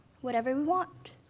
whatever we want?